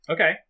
Okay